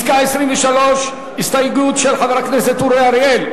מס' 23, הסתייגות של חבר הכנסת אורי אריאל.